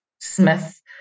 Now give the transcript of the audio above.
Smith